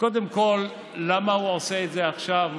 קודם כול, למה הוא עושה את זה עכשיו?